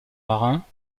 marins